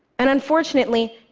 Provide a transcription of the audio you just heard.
and unfortunately,